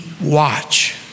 watch